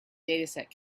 dataset